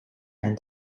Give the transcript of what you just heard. and